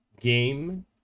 game